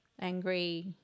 angry